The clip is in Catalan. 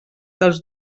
dels